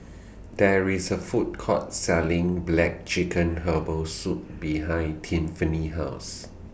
There IS A Food Court Selling Black Chicken Herbal Soup behind Tiffani's House